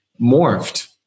morphed